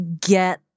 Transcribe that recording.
get